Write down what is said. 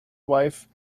wife